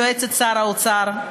שהיא יועצת שר האוצר,